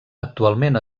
actualment